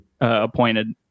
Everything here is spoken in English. appointed